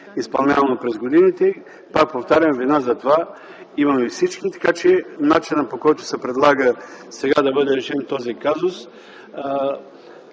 изпълнявано през годините. Пак повтарям, вина затова имаме всички, така че начинът, по който се предлага сега да бъде решен този казус,